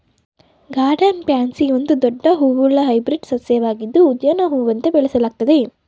garden pansy ಒಂದು ದೊಡ್ಡ ಹೂವುಳ್ಳ ಹೈಬ್ರಿಡ್ ಸಸ್ಯವಾಗಿದ್ದು ಉದ್ಯಾನ ಹೂವಂತೆ ಬೆಳೆಸಲಾಗ್ತದೆ